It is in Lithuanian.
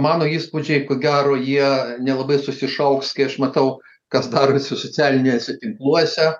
mano įspūdžiai ko gero jie nelabai susišauks kai aš matau kas darosi socialiniuose tinkluose